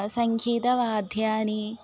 सङ्गीतं वाद्यानि